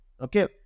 Okay